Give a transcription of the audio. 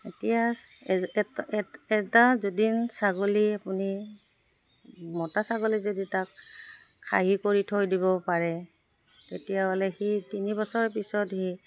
এতিয়া এটা যদি ন ছাগলী আপুনি মতা ছাগলী যদি তাক খাহী কৰি থৈ দিব পাৰে তেতিয়াহ'লে সি তিনি বছৰ পিছত সি